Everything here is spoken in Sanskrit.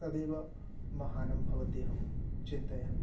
तदेव महानं भवति अहं चिन्तयामि